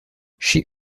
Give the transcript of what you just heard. she